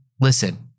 listen